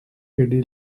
eddy